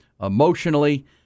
emotionally